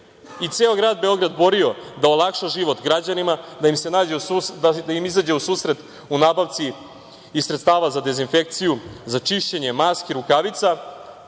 i ceo grad Beograd borio da olakša život građanima, da im izađe u susret u nabavci sredstava za dezinfekciju, za čišćenje, maski, rukavica,